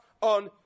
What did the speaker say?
on